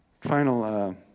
Final